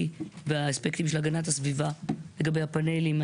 באספקטים של הגנת הסביבה לגבי הפנלים.